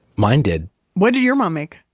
mine did what did your mom make?